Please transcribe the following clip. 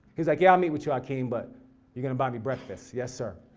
he was like yeah i'll meet with you akim, but you're going to buy me breakfast. yes sir.